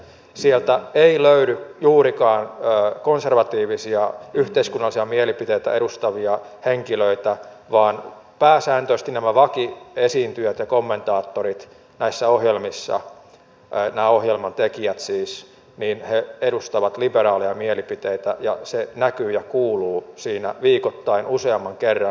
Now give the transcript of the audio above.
sieltä ei löydy juurikaan konservatiivisia yhteiskunnallisia mielipiteitä edustavia henkilöitä vaan päänsääntöisesti nämä vakiesiintyjät ja kommentaattorit näissä ohjelmissa nämä ohjelman tekijät siis edustavat liberaaleja mielipiteitä ja se näkyy ja kuuluu siinä viikoittain useamman kerran